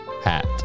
Hat